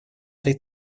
этой